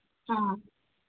ꯑꯥ